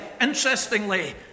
interestingly